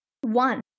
one